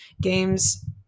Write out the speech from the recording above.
games